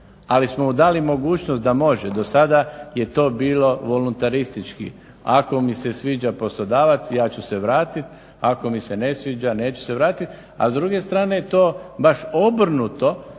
ali smo mu dali mogućnost da može. Do sada je to bilo voluntaristički. Ako mi se sviđa poslodavac ja ću se vratiti, ako mi se ne sviđa neću se vratiti, a s druge strane je to baš obrnuto